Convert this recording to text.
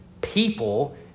people